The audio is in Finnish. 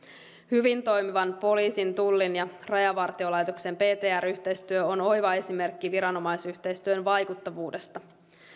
hyvin toimiva poliisin tullin ja rajavartiolaitoksen ptr yhteistyö on oiva esimerkki viranomaisyhteistyön vaikuttavuudesta